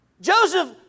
Joseph